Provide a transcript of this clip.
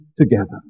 together